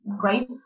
great